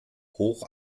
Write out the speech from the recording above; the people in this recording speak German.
hoch